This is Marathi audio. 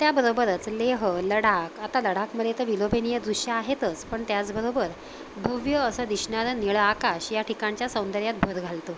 त्याबरोबरच लेह लढाख आता लढाखमध्ये तर विलोभनीय दृश्यं आहेतच पण त्याचबरोबर भव्य असं दिसणारं निळं आकाश या ठिकाणच्या सौंदर्यात भर घालतं